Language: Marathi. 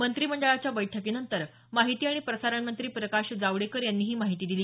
मंत्रिमंडळाच्या बैठकीनंतर माहिती आणि प्रसारण मंत्री प्रकाश जावडेकर यांनी ही माहिती दिली